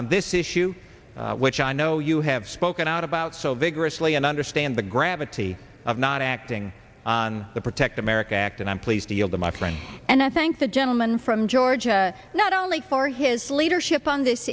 on this issue which i know you have spoken out about so vigorously and understand the gravity of not acting on the protect america act and i'm pleased to yield to my friend and i thank the gentleman from georgia not only for his leadership on this